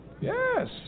Yes